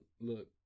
look